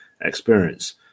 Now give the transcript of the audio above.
experience